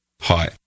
Hi